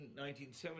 1970